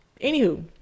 Anywho